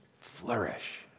flourish